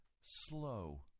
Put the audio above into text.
slow